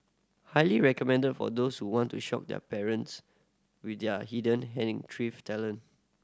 highly recommended for those who want to shock their partners with their hidden talent